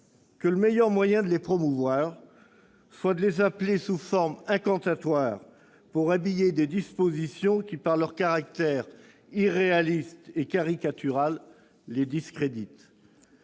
que le meilleur moyen de les promouvoir soit de les invoquer sous forme incantatoire pour habiller des dispositions qui, par leur caractère irréaliste et caricatural, les discréditent.